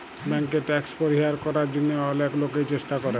ব্যাংকে ট্যাক্স পরিহার করার জন্যহে অলেক লোকই চেষ্টা করে